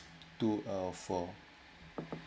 two out of four